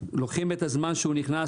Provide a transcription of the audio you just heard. לוקחים את הזמן שנכנס,